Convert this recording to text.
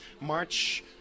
March